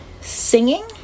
singing